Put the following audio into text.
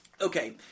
Okay